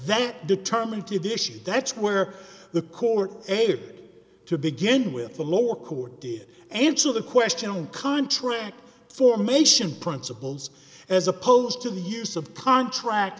that determined to the issue that's where the court to begin with the lower court did answer the question on contract formation principles as opposed to the use of contract